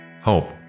Hope